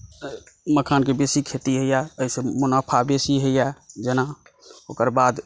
मखानके बेसी खेती होइए एहिसॅं मुनाफा बेसी होइए जेना ओकर बाद